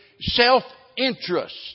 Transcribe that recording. self-interest